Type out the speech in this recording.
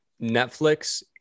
Netflix